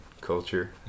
culture